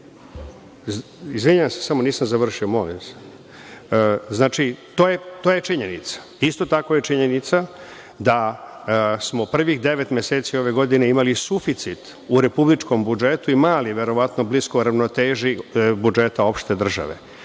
Izvinjavam se samo nisam završio, molim vas. Znači, to je činjenica. Isto tako je činjenica da smo prvih devet meseci ove godine imali suficit u republičkom budžetu i mali, verovatno blisko ravnoteži budžeta opšte države.